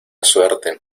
suerte